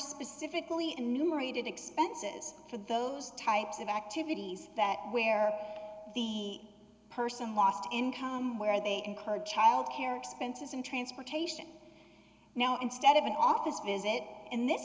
specifically enumerated expenses for those types of activities that where the person lost income where they incurred childcare expenses and transportation now instead of an office visit in this